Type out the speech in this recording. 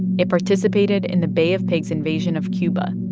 it participated in the bay of pigs invasion of cuba,